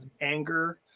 anger